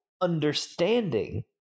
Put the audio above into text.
understanding